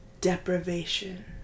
deprivation